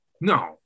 No